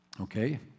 Okay